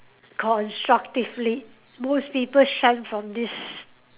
constructively most people shy from this